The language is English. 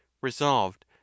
resolved